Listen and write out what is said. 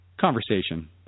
conversation